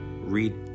Read